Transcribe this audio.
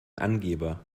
angeber